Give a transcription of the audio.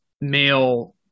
male